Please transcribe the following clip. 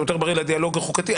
הוא יותר בריא לדיאלוג החוקתי.